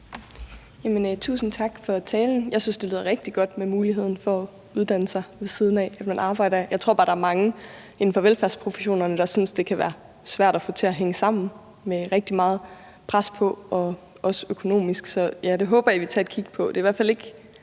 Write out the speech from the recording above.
Tusind tak for talen. Jeg synes, det lyder rigtig godt med muligheden for at uddanne sig, ved siden af at man arbejder. Jeg tror bare, der er mange inden for velfærdsprofessionerne, der synes, det kan være svært at få til at hænge sammen, fordi der er rigtig meget pres på, og også økonomisk. Så det håber jeg I vil tage et kig på;